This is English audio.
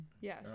yes